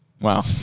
Wow